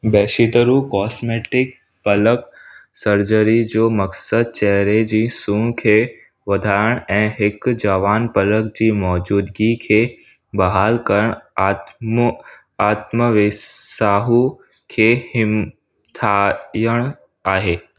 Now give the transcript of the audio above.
बेशितरु कॉस्मेटिक पलक सर्जरी जो मक़सदु चेहरे जी सूंह खे वधायण ऐं हिकु जवान पलक जी मौजूदगी खे बहाल करे आत्म आत्म वेसाहु खे हिमथायण आहे